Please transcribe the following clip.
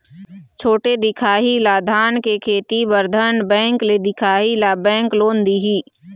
छोटे दिखाही ला धान के खेती बर धन बैंक ले दिखाही ला बैंक लोन दिही?